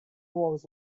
was